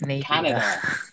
Canada